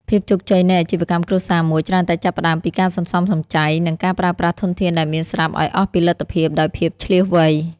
ភាពជោគជ័យនៃអាជីវកម្មគ្រួសារមួយ ច្រើនតែចាប់ផ្ដើមពីការសន្សំសំចៃ និងការប្រើប្រាស់ធនធានដែលមានស្រាប់ឱ្យអស់ពីលទ្ធភាពដោយភាពឈ្លាសវៃ។